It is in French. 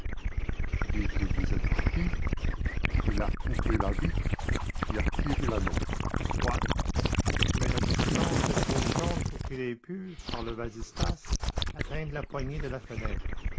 dès que vous êtes parti il a coupé la vitre et a tiré l'anneau soit mais la distance est trop grande pour qu'il ait pu par le vasistas atteindre la poignée de la fenêtre